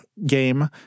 game